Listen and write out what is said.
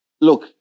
Look